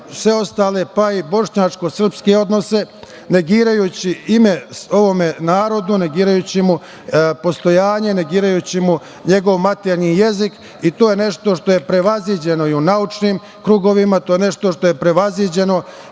sve ostale, pa i bošnjačko-srpske odnose negirajući ime ovome narodu, negirajući mu postojanje, negirajući mu njegov maternji jezik. To je nešto što je prevaziđeno i u naučnim krugovima, to je nešto što je prevaziđeno